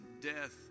death